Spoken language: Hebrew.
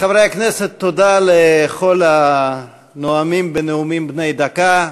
חברי הכנסת, תודה לכל הנואמים בנאומים בני דקה.